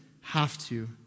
have-to